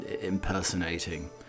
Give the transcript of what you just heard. impersonating